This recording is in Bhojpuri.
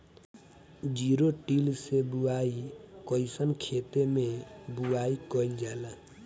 जिरो टिल से बुआई कयिसन खेते मै बुआई कयिल जाला?